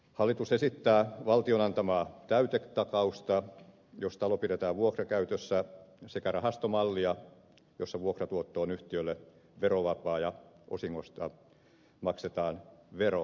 hallitus esittää valtion antamaa täytetakausta jos talo pidetään vuokrakäytössä sekä rahastomallia jossa vuokratuotto on yhtiölle verovapaa ja osingosta maksetaan vero